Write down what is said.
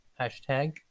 Hashtag